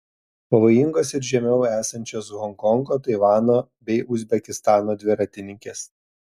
pavojingos ir žemiau esančios honkongo taivano bei uzbekistano dviratininkės